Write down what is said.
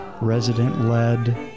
resident-led